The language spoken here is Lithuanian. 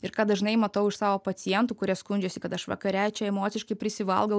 ir ką dažnai matau iš savo pacientų kurie skundžiasi kad aš vakare čia emociškai prisivalgau